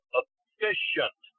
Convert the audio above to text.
efficient